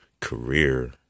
career